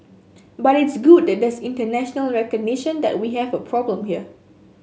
but it's good that there's international recognition that we have a problem here